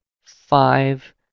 five